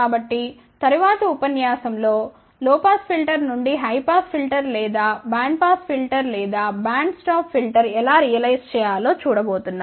కాబట్టి తరువాతి ఉపన్యాసంలో లో పాస్ ఫిల్టర్ నుండి హై పాస్ ఫిల్టర్ లేదా బ్యాండ్ పాస్ ఫిల్టర్ లేదా బ్యాండ్ స్టాప్ ఫిల్టర్ ఎలా రియలైజ్ చేయాలో చూడబోతున్నాం